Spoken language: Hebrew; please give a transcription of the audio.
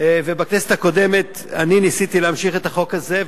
ובכנסת הקודמת אני ניסיתי להמשיך את החוק הזה,